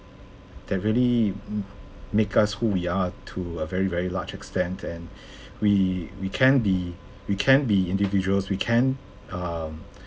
that really m~ make us who we are to a very very large extent and we we can be we can be individuals we can um